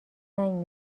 زنگ